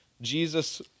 Jesus